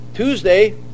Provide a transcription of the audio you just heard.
Tuesday